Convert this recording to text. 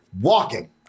Walking